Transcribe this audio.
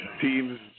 teams